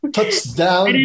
Touchdown